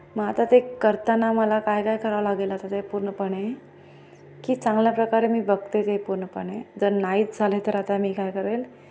मग आता ते करताना मला काय काय करावं लागेल आता ते पूर्णपणे की चांगल्या प्रकारे मी बघते ते पूर्णपणे जर नाहीच झाले तर आता मी काय करेल